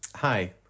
Hi